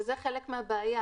וזה חלק מהבעיה,